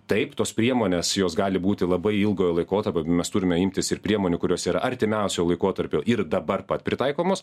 taip tos priemonės jos gali būti labai ilgojo laikotarpio mes turime imtis ir priemonių kurios yra artimiausio laikotarpio ir dabar pat pritaikomos